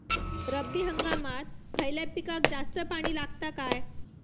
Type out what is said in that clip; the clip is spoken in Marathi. रब्बी हंगामात खयल्या पिकाक जास्त पाणी लागता काय?